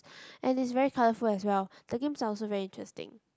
and it's very colourful as well the games are also very interesting